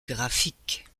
graphique